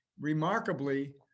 remarkably